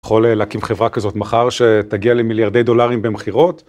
יכול להקים חברה כזאת מחר שתגיע למיליארדי דולרים במכירות.